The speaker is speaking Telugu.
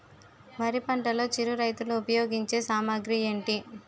వరి పంటలో చిరు రైతులు ఉపయోగించే సామాగ్రి ఏంటి?